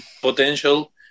potential